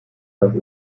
dass